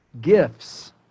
gifts